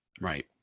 right